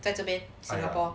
在这边 singapore